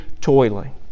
toiling